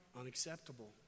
unacceptable